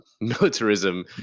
militarism